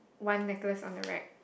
one necklace on the right